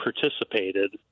participated